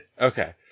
Okay